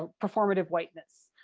ah performative whiteness,